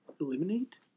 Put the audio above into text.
eliminate